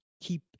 keep